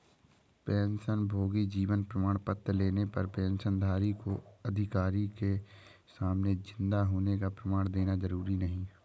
पेंशनभोगी जीवन प्रमाण पत्र लेने पर पेंशनधारी को अधिकारी के सामने जिन्दा होने का प्रमाण देना जरुरी नहीं